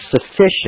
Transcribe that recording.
sufficient